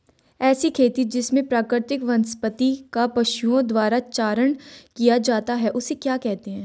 ऐसी खेती जिसमें प्राकृतिक वनस्पति का पशुओं द्वारा चारण किया जाता है उसे क्या कहते हैं?